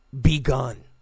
begun